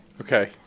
Okay